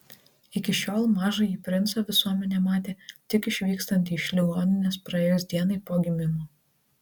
iki šiol mažąjį princą visuomenė matė tik išvykstantį iš ligoninės praėjus dienai po gimimo